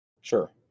Sure